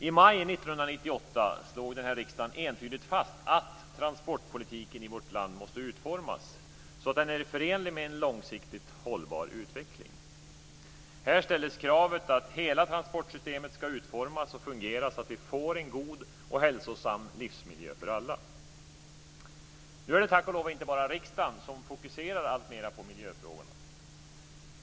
I maj 1998 slog riksdagen entydigt fast att transportpolitiken i vårt land måste utformas så att den är förenlig med en långsiktigt hållbar utveckling. Här ställdes kravet att hela transportsystemet ska utformas och fungeras så att vi får en god och hälsosam livsmiljö för alla. Nu är det tack och lov inte bara riksdagen som fokuserar alltmera på miljöfrågorna.